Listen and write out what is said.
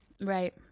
Right